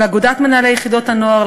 לאגודת מנהלי יחידות הנוער,